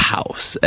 House